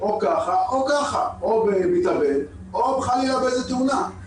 או כך או כך, או במתאבד או חלילה בתאונה.